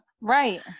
Right